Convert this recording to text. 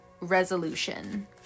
resolution